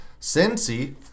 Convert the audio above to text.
Cincy